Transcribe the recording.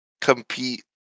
compete